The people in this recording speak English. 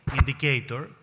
indicator